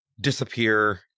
disappear